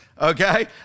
okay